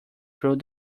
through